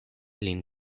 lin